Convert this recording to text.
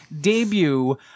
debut